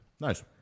Nice